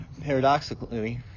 Paradoxically